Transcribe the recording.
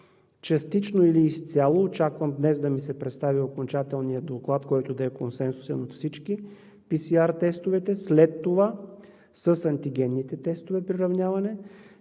частично или изцяло – очаквам днес да ми се представи окончателния доклад, който да е консенсусен от всички, PCR тестовете, след това приравняване